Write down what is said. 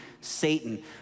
Satan